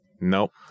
Nope